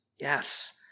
Yes